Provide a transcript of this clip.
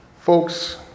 Folks